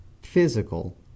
physical